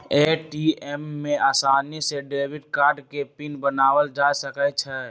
ATM में आसानी से डेबिट कार्ड के पिन बनायल जा सकई छई